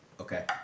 Okay